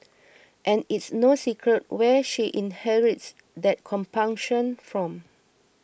and it's no secret where she inherits that compunction from